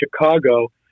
Chicago